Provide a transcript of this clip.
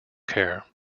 care